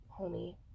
homie